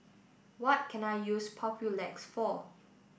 what can I use Papulex for